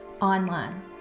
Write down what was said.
online